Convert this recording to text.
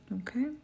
okay